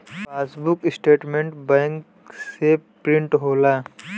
passbook statement bank से print होला